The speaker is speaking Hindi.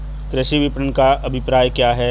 कृषि विपणन का क्या अभिप्राय है?